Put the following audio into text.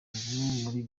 muri